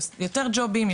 יותר ג'ובים,